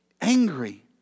angry